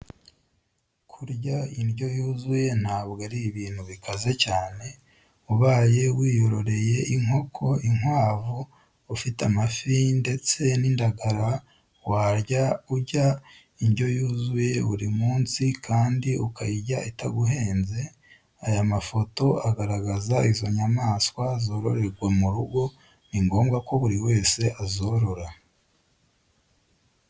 Kurya indyo yuzuye ntabwo ari ibintu bikaze cyane, ubaye wiyororeye inkoko, inkwavu, ufite amafi ndetse n'indagara wajya urya indyo yuzuye buri munsi kandi ukayirya itaguhenze, aya mafoto agaragaza izo nyamaswa zororerwa mu rugo ni ngombwa ko buri wese azorora.